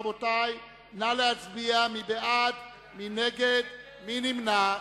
רבותי, נא להצביע, מי בעד, מי נגד, מי נמנע?